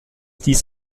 dies